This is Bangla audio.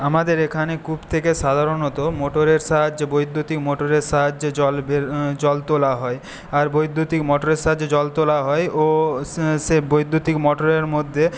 আমাদের এখানে কূপ থেকে সাধারণত মটরের সাহায্যে বৈদ্যুতিক মটরের সাহায্যে জল বের জল তোলা হয় আর বৈদ্যুতিক মটরের সাহায্যে জল তোলা হয় ও সেই বৈদ্যুতিক মটরের মধ্যে